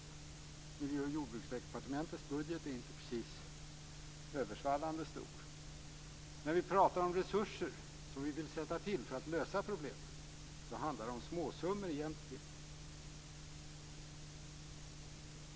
Miljö och jordbruksdepartementets budget är inte precis överväldigande stor. När vi pratar om de resurser som vi vill sätta till för att lösa problemet handlar det egentligen om småsummor.